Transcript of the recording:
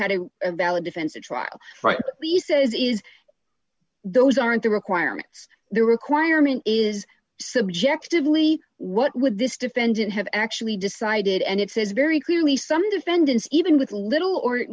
had a valid defense a trial we says it is those aren't the requirements the requirement is subjectively what would this defendant have actually decided and it says very clearly some defendants even with little or